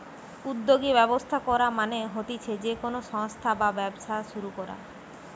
উদ্যোগী ব্যবস্থা করা মানে হতিছে যে কোনো সংস্থা বা ব্যবসা শুরু করা